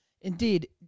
Indeed